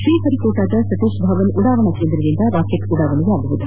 ಶ್ರೀಹರಿಕೋಟಾದ ಸತೀತ್ ಧವನ್ ಉಡಾವಣ ಕೇಂದ್ರದಿಂದ ರಾಕೆಟ್ ಉಡಾವಣೆಯಾಗಲಿದೆ